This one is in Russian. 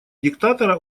диктатора